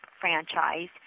franchise